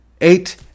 Eight